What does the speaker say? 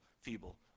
feeble